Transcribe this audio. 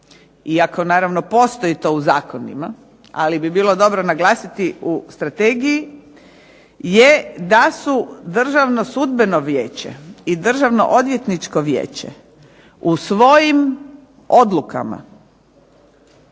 iako naravno postoji to u zakonima, ali bi bilo dobro naglasiti u Strategiji je da su Državno sudbeno vijeće i Državno odvjetničko vijeće u svojim odlukama